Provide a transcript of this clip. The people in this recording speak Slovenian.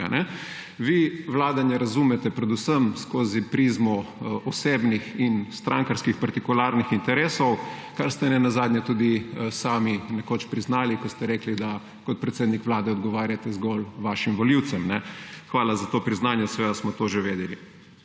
Vi vladanje razumete predvsem skozi prizmo osebnih in strankarskih partikularnih interesov, kar ste nenazadnje tudi sami nekoč priznali, ko ste rekli, da kot predsednik Vlade odgovarjate zgolj vašim volivcem. Hvala za to priznanje, seveda smo to že vedeli.